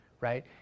right